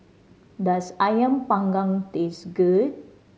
does Ayam Panggang taste good